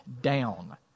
down